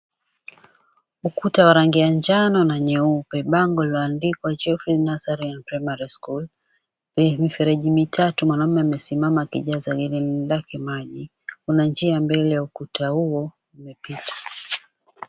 Ukuta wa rangi ya njano na nyeupe bango lililoandikwa Jaffery Nursery and Primary School, mifereji mitatu mwanaume amesimama akijaza hereni lake maji, kuna njia mbele ya ukuta huo umepita.